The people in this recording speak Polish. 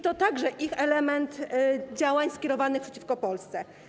To także element ich działań skierowanych przeciwko Polsce.